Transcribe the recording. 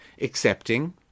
accepting